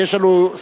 כי יש לנו סדר-יום.